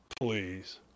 Please